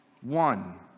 one